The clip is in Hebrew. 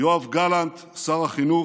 יואב גלנט, שר החינוך,